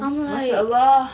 masha allah